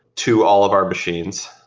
to all of our machines,